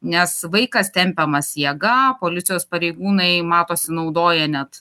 nes vaikas tempiamas jėga policijos pareigūnai matosi naudoja net